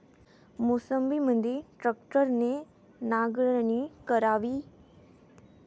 मोसंबीमंदी ट्रॅक्टरने नांगरणी करावी का?